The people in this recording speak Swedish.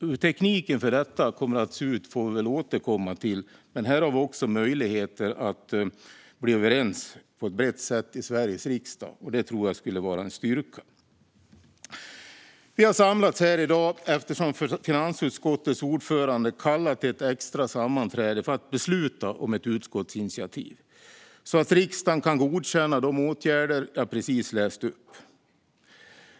Hur tekniken för detta ska se ut får vi återkomma till. Men här har vi också möjligheter att komma överens på ett brett sätt i Sveriges riksdag. Det tror jag skulle vara en styrka. Vi har samlats här i dag eftersom finansutskottets ordförande har kallat till ett extra sammanträde för att besluta om ett utskottsinitiativ, så att riksdagen kan godkänna de åtgärder som jag precis läste upp.